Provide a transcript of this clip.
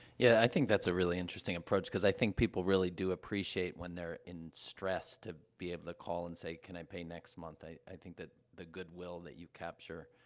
yeah, i think that's a really interesting approach, because i think people really do appreciate, when they're in stress, to be able to call and say, can i pay next month? i i think that the goodwill that you capture,